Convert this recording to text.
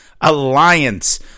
alliance